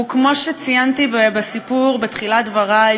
כמו שציינתי בסיפור בתחילת דברי,